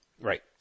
Right